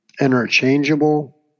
interchangeable